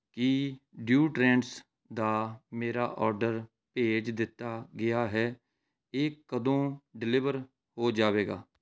ਕੀ deodorants ਦਾ ਮੇਰਾ order ਭੇਜ ਦਿੱਤਾ ਗਿਆ ਹੈ ਇਹ ਕਦੋਂ ਡਿਲੀਵਰ ਹੋ ਜਾਵੇਗਾ